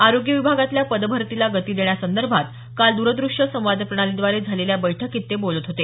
आरोग्य विभागातल्या पदभरतीला गती देण्यासंदर्भात काल द्रदृश्य संवाद प्रणालीद्वारे झालेल्या बैठकीत ते बोलत होते